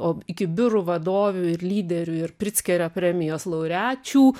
o iki biurų vadovių ir lyderių ir pritzkerio premijos laureačių